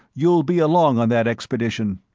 you'll be along on that expedition.